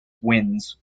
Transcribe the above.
wins